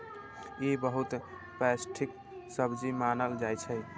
ई बहुत पौष्टिक सब्जी मानल जाइ छै